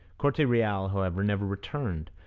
corte-real, however, never returned,